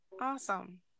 Awesome